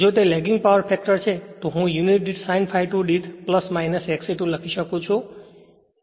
જો તે lagging power factor છે તો હું યુનિટ sin ∅ 2 દીઠ X e 2 લખી શકું છું